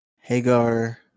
Hagar